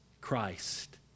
Christ